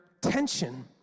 tension